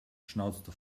schnauzte